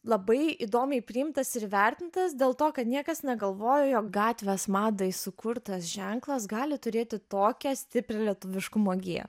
labai įdomiai priimtas ir įvertintas dėl to kad niekas negalvojo jog gatvės madai sukurtas ženklas gali turėti tokią stiprią lietuviškumo giją